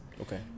okay